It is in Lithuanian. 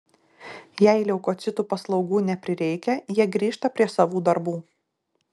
jei leukocitų paslaugų neprireikia jie grįžta prie savų darbų